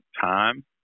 time